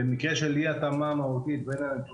במקרה של אי התאמה מהותית בין ...